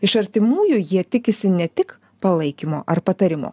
iš artimųjų jie tikisi ne tik palaikymo ar patarimų